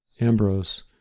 Ambrose